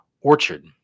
Orchard